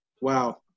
Wow